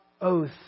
oath